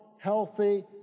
healthy